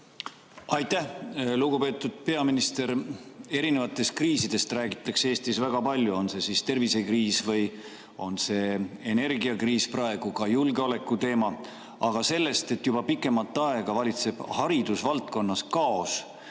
Aitäh! Lugupeetud peaminister! Erinevatest kriisidest räägitakse Eestis väga palju, on see siis tervisekriis või on see energiakriis, praegu ka julgeoleku teema, aga sellest, et juba pikemat aega valitseb haridusvaldkonnas kaos,